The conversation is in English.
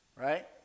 right